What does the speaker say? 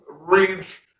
reach